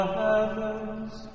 heavens